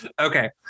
Okay